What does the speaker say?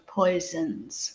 poisons